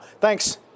Thanks